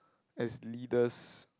as leaders